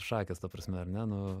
šakės ta prasme ar ne nu